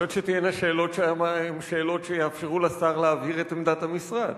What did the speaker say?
יכול להיות שתהיינה שאלות שהן שאלות שיאפשרו לשר להבהיר את עמדת המשרד.